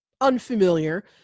unfamiliar